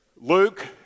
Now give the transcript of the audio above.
Luke